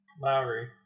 Lowry